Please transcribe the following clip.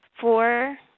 four